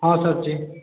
हँ सरजी